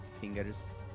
fingers